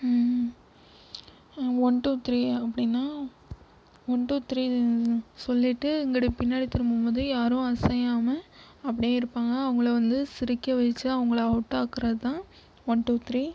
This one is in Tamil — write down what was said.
ஒன் டூ த்ரீ அப்டின்னா ஒன் டூ த்ரீ சொல்லிவிட்டு இங்கிட்டு பின்னாடி திரும்பும்போது யாரும் அசையாமல் அப்படியே இருப்பாங்க அவங்கள வந்து சிரிக்க வச்சு அவங்கள அவுட் ஆக்குறது தான் ஒன் டூ த்ரீ